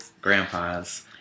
Grandpa's